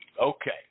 Okay